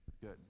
Good